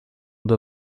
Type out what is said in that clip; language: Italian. due